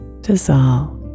dissolve